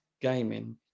gaming